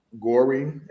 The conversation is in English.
gory